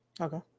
Okay